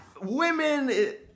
Women